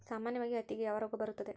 ಸಾಮಾನ್ಯವಾಗಿ ಹತ್ತಿಗೆ ಯಾವ ರೋಗ ಬರುತ್ತದೆ?